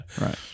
Right